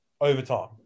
overtime